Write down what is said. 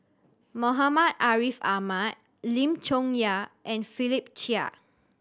Muhammad Ariff Ahmad Lim Chong Yah and Philip Chia